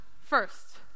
first